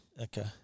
Okay